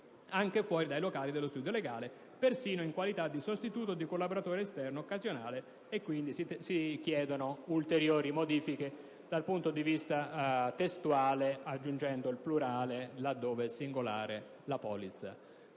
anche fuori dei locali dello studio legale, persino in qualità di sostituto o di collaboratore esterno occasionale». Quindi, si chiedono ulteriori modifiche dal punto di vista testuale, in particolare adottando, al comma